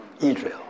Israel